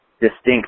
distinct